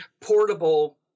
portable